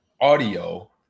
audio